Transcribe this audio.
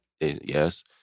yes